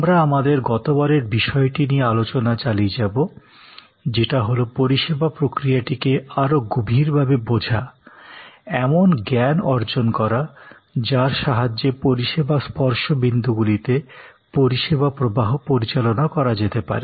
আমরা আমাদের গতবারের বিষয়টি নিয়ে আলোচনা চালিয়ে যাবো যেটা হলো পরিষেবা প্রক্রিয়াটিকে আরও গভীরভাবে বোঝা এমন জ্ঞান অর্জন করা যার সাহায্যে পরিষেবা স্পর্শ বিন্দুগুলিতে পরিষেবা প্রবাহ পরিচালনা করা যেতে পারে